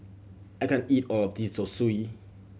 I can't eat all of this Zosui